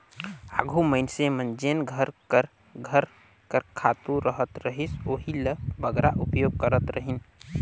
आघु मइनसे मन जेन घर कर घर कर खातू रहत रहिस ओही ल बगरा उपयोग करत रहिन